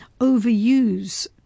overuse